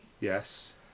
Yes